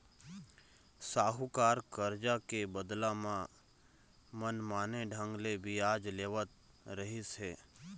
साहूकार करजा के बदला म मनमाने ढंग ले बियाज लेवत रहिस हे